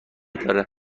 داره